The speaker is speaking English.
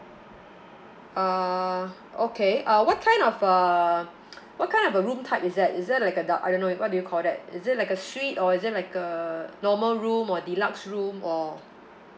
uh okay uh what kind of uh what kind of uh room type is that is that like a da~ I don't know what do you call that is it like a suite or is it like a normal room or deluxe room or